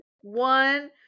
one